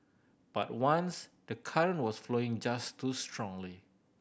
but once the current was flowing just too strongly